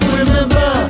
Remember